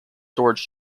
storage